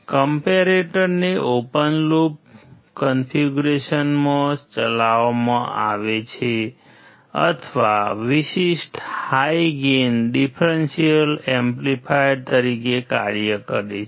કમ્પૅરેટરને આવે છે આમ વિશિષ્ટ હાઇ ગેઇન ડિફરન્સલ એમ્પ્લીફાયર તરીકે કાર્ય કરે છે